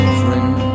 friend